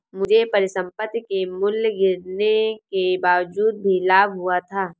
मुझे परिसंपत्ति के मूल्य गिरने के बावजूद भी लाभ हुआ था